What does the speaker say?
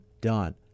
done